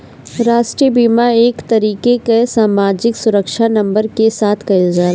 राष्ट्रीय बीमा एक तरीके कअ सामाजिक सुरक्षा नंबर के साथ कइल जाला